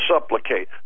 supplicate